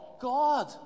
God